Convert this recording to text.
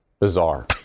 bizarre